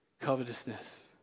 covetousness